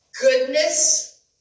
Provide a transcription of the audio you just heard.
goodness